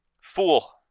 Fool